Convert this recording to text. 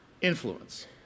influence